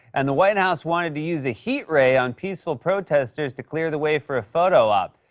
and the white house wanted to use a heat ray on peaceful protesters to clear the way for a photo op.